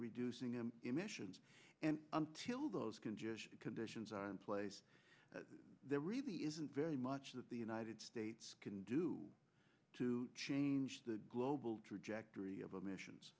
reducing and emissions and until those congestion conditions are in place there really isn't very much that the united states can do to change the global trajectory of omissions